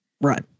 Right